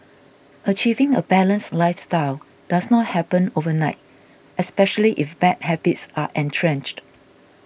achieving a balanced lifestyle does not happen overnight especially if bad habits are entrenched